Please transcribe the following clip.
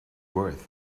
worth